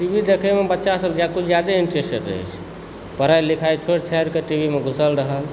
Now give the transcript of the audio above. T V देखयमे बच्चासभ कुछ जादे इन्टरेस्टेड रहय छै पढ़ाइ लिखाइ छोड़ि छाड़िके टी वी मे घुसल रहल